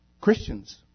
Christians